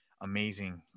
amazing